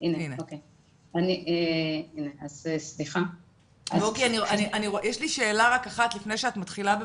וורקי, יש לי שאלה אחת לפני שאת מתחילה.